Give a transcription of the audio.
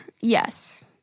Yes